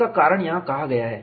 इसका कारण यहाँ कहा गया है